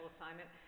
assignment